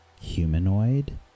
humanoid